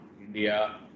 India